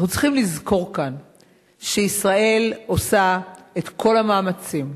אנחנו צריכים לזכור כאן שישראל עושה את כל המאמצים,